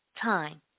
time